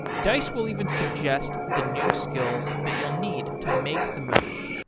dice will even suggest the new skills that you'll need to make the move.